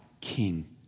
king